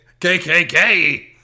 KKK